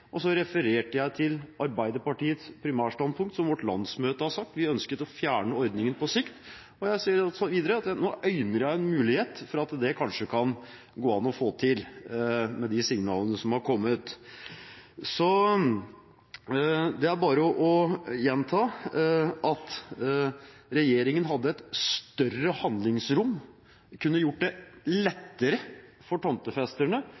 ikke. Så refererte jeg til Arbeiderpartiets primærstandpunkt. Som vårt landsmøte har sagt, vi ønsker å fjerne ordningen på sikt, og jeg sier videre at nå øyner jeg en mulighet for at det kanskje kan gå an å få til, med de signalene som er kommet. Så det er bare å gjenta at regjeringen hadde et større handlingsrom, kunne gjort det lettere for